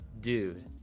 dude